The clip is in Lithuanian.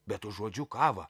bet užuodžiu kavą